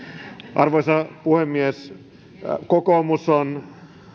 arvoisa puhemies kokoomus on